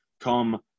come